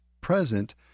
present